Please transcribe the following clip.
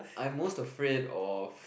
I'm most afraid of